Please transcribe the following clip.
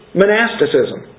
monasticism